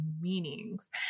meanings